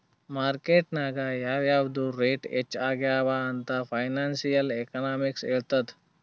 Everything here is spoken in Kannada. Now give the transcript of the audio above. ಮಾರ್ಕೆಟ್ ನಾಗ್ ಯಾವ್ ಯಾವ್ದು ರೇಟ್ ಹೆಚ್ಚ ಆಗ್ಯವ ಅಂತ್ ಫೈನಾನ್ಸಿಯಲ್ ಎಕನಾಮಿಕ್ಸ್ ಹೆಳ್ತುದ್